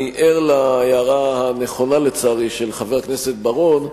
אני ער להערה הנכונה, לצערי, של חבר הכנסת בר-און,